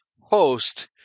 Host